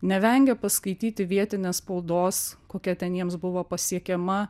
nevengė paskaityti vietinės spaudos kokia ten jiems buvo pasiekiama